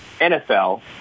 NFL